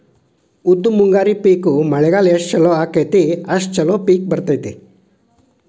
ಉದ್ದು ಮುಂಗಾರಿ ಪಿಕ್ ಮಳಿಗಾಲ ಎಷ್ಟ ಚಲೋ ಅಕೈತಿ ಅಷ್ಟ ಚಲೋ ಪಿಕ್ ಬರ್ತೈತಿ